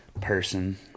person